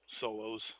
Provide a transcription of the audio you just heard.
solos